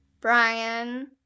Brian